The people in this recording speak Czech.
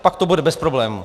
Pak to bude bez problémů.